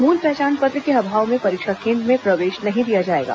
मूल पहचान पत्र के अभाव में परीक्षा केन्द्र में प्रवेश नहीं दिया जाएगा